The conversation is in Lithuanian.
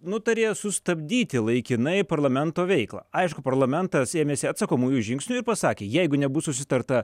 nutarė sustabdyti laikinai parlamento veiklą aišku parlamentas ėmėsi atsakomųjų žingsnių ir pasakė jeigu nebus susitarta